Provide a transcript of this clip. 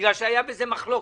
בגלל שהיתה בזה מחלוקת.